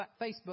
Facebook